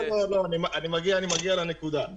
לא, אני מגיע לנקודה.